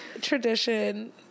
tradition